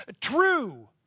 true